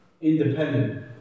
independent